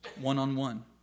one-on-one